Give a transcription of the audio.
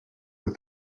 with